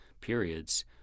periods